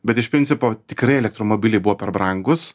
bet iš principo tikrai elektromobiliai buvo per brangūs